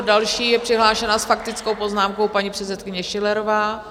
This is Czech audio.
Další je přihlášená s faktickou poznámkou paní předsedkyně Schillerová.